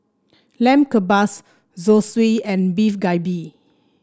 Lamb Kebabs Zosui and Beef Galbi